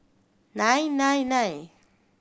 nine nine nine